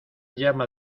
llama